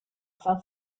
san